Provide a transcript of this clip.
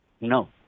no